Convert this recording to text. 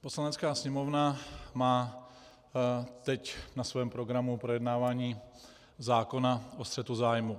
Poslanecká sněmovna má teď na svém programu projednávání zákona o střetu zájmů.